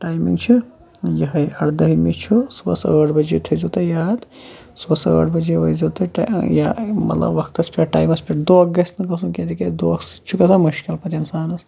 timing چھِ یہے اردٔہمہِ چھُ صُبحَس ٲٹھ بجے تھٲے زیٚو تُہۍ یاد صُبحَس ٲٹھ بجے وٲتۍ زیٚو تُہۍ یا مَطلَب وَقتَس پیٚٹھ ٹایمَس پیٚٹھ دونٛکھٕ گَژھِ نہٕ گَشھُن کینٛہہ تکیاز دونٛکھٕ سۭتۍ چھُ گَژھان مُشکِل پَتہٕ اِنسانَس